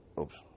Oops